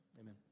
amen